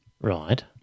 Right